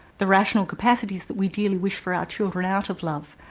the rational capacities that we dearly wish for our children out of love,